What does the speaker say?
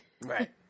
Right